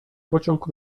pociąg